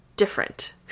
different